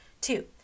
Two